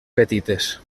petites